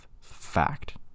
fact